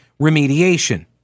remediation